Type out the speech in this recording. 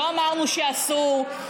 לא אמרנו שאסור,